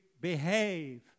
behave